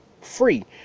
free